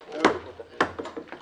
אני דיברתי עניינית.